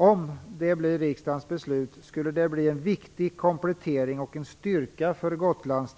Om det blir riksdagens beslut skulle det innebära en viktig komplettering och en styrka för Fru talman!